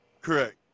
Correct